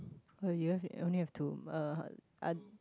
oh you have you only have two uh are